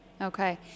okay